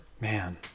Man